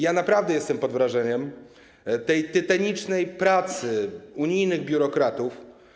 Ja naprawdę jestem pod wrażeniem tej tytanicznej pracy unijnych biurokratów.